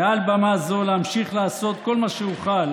מעל במה זו להמשיך לעשות כל מה שאוכל